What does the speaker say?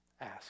ask